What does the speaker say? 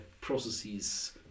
processes